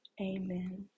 amen